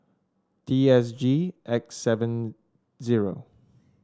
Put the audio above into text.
T S G X seven zero